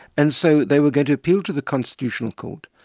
and so they were going to appeal to the constitutional court,